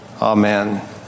amen